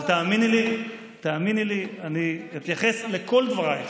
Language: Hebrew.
אבל תאמיני לי שאני אתייחס לכל דברייך.